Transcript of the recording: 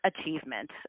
achievement